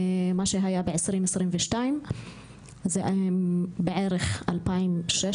הם בערך 2,600.